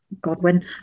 Godwin